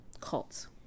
cults